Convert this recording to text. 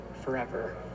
forever